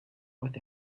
with